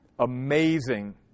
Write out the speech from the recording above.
Amazing